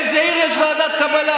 באיזו עיר יש ועדת קבלה?